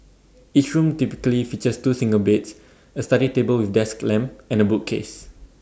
each room typically features two single beds A study table with desk lamp and A bookcase